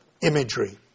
imagery